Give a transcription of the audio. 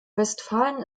westfalen